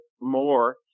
more